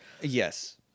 Yes